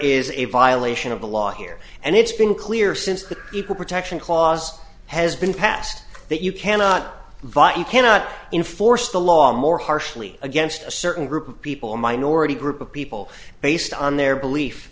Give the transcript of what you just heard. is a violation of the law here and it's been clear since the equal protection clause has been passed that you cannot vi you cannot enforce the law more harshly against a certain group of people a minority group of people based on their belief